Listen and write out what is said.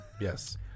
Yes